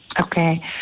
Okay